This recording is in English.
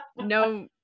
no